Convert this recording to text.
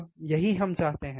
अब यही हम चाहते हैं